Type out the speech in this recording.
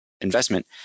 investment